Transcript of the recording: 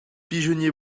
pigeonnier